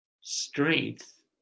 strength